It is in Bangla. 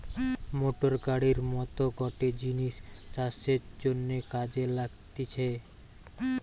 মোটর গাড়ির মত গটে জিনিস চাষের জন্যে কাজে লাগতিছে